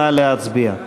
נא להצביע.